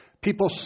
people